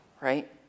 Right